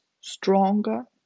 stronger